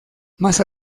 más